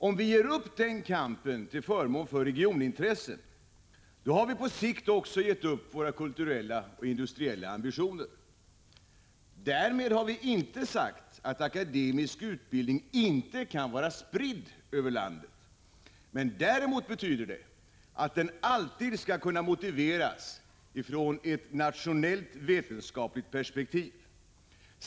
Om vi ger upp den kampen till förmån för regionala intressen, har vi på sikt också gett upp våra kulturella och industriella ambitioner. Därmed har vi inte sagt att akademisk utbildning inte kan vara spridd över landet, men däremot betyder det att den alltid skall kunna motiveras från ett nationellt vetenskapligt perspektiv.